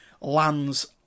lands